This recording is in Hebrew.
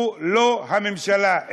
הוא לא הממשלה,